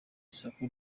isoko